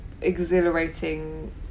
exhilarating